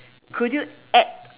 could you add